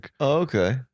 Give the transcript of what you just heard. okay